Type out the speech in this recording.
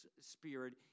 Spirit